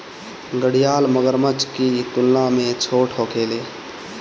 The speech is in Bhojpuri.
घड़ियाल मगरमच्छ की तुलना में छोट होखेले